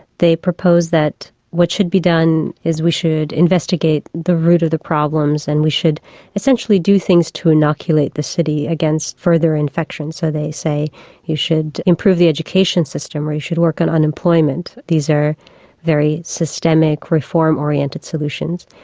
they propose that what should be done is we should investigate the root of the problems and we should essentially do things to inoculate the city against further infection, so they say you should improve the education system, or you should work on unemployment. these are very systemic, reform oriented solutions.